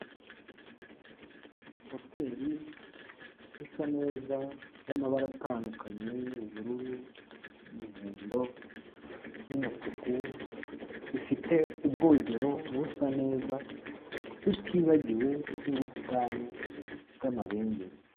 Hoteri, isa neza, y'amabara atandukanye, ubururu, umuhondo, n'umutuku. Ifite ubwogero busa neza, tutibagiwe n'ubusitani bw'amabengeza.